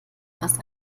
fast